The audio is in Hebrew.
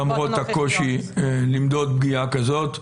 למרות הקושי למדוד פגיעה כזאת.